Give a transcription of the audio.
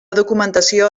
documentació